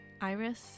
Iris